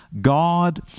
God